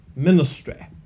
ministry